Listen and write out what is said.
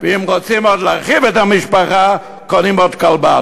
ואם רוצים עוד להרחיב את המשפחה, קונים עוד כלבה.